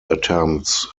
attempts